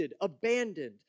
abandoned